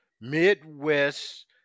Midwest